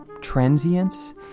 transience